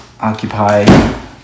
occupy